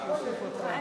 נוסיף אותך.